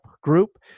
group